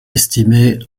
estimé